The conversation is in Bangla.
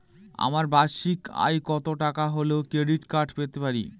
আমার বার্ষিক আয় কত টাকা হলে ক্রেডিট কার্ড পেতে পারি?